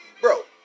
bro